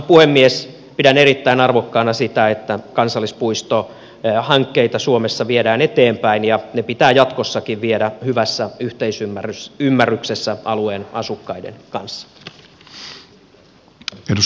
pidän erittäin arvokkaana sitä että kansallispuistohankkeita suomessa viedään eteenpäin ja ne pitää jatkossakin viedä hyvässä yhteisymmärryksessä alueen asukkaiden kanssa